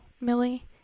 Millie